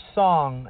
song